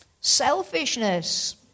selfishness